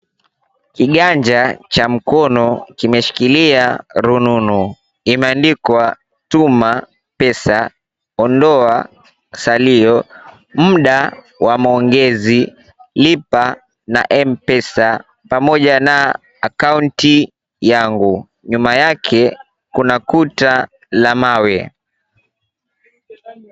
Kiganja cha mkono kimeshikilia rununu, imeandikwa, "Tuma Pesa, Ondoa Salio, Muda wa Maongezi, Lipa na MPesa, pamoja na Akaunti Yangu". Nyuma yake kuna kuta la mawe.